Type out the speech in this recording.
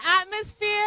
atmosphere